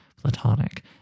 platonic